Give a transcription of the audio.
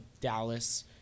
Dallas